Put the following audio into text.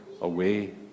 away